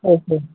okay